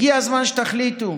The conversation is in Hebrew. הגיע הזמן שתחליטו: